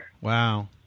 Wow